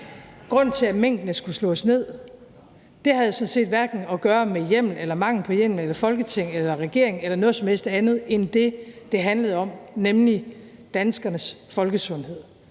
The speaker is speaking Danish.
Grunden til, at minkene skulle slås ned, havde sådan set hverken at gøre med hjemmel eller mangel på hjemmel eller Folketing eller regering eller noget som helst andet end det, det handlede om, nemlig danskernes folkesundhed